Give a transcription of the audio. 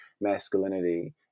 masculinity